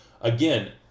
Again